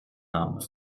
âme